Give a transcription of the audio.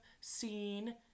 seen